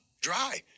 dry